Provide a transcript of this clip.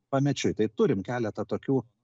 pamečiui tai turim keletą tokių